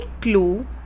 clue